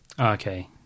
Okay